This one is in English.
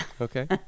Okay